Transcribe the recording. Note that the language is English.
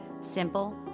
Simple